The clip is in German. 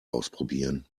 ausprobieren